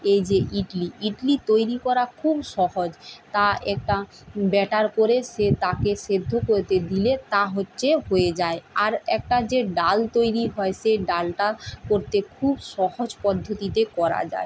এ যে ইডলি ইডলি তৈরি করা খুব সহজ তা একটা ব্যাটার করে সে তাকে সেদ্ধ করতে দিলে তা হচ্ছে হয়ে যায় আর একটা যে ডাল তৈরি হয় সে ডালটা করতে খুব সহজ পদ্ধতিতে করা যায়